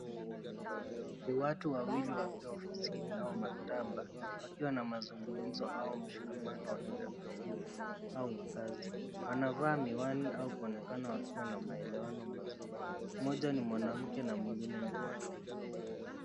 Ni watu wawili wakiwa ofisini au maktaba wakiwa na mazungumzo au mshikamano wa kirafiki wa- au wa kazi. Wanavaa miwani au kuonekana wakiwa na maelewano mazuri. Mmoja ni mwanamke na mwingine ni mwanaume.